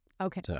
Okay